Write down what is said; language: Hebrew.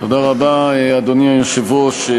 אדוני היושב-ראש,